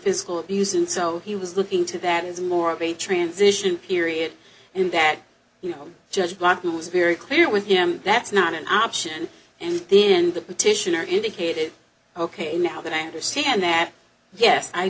physical abuse and so he was looking to that as more of a transition period and that you know judge clark who was very clear with him that's not an option and then the petitioner indicated ok now that i understand that yes i